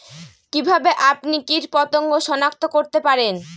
কিভাবে আপনি কীটপতঙ্গ সনাক্ত করতে পারেন?